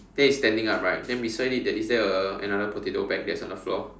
then it's standing up right then beside it there is there a another potato bag that's on the floor